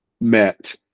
met